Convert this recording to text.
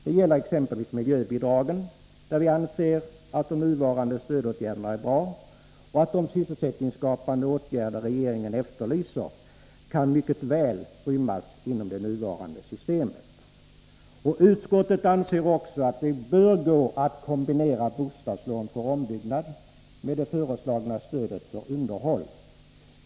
Det gäller exempelvis frågan om miljöbidragen, där vi anser att de nuvarande stödåtgärderna är bra och att de sysselsättningsskapande åtgärder som regeringen efterlyser mycket väl kan rymmas inom det nuvarande systemet. Utskottet anser också att det bör gå att kombinera bostadslån för ombyggnad med det föreslagna stödet för underhåll.